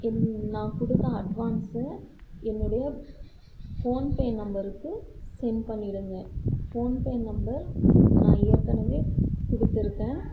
நான் கொடுத்த அட்வான்ஸில் என்னுடைய ஃபோன் பே நம்பருக்கு சென்ட் பண்ணிவிடுங்க ஃபோன் பே நம்பர் நான் ஏற்கனவே கொடுத்துருக்கன்